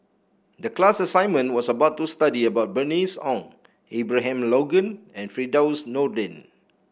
the class assignment was about to study about Bernice Ong Abraham Logan and Firdaus Nordin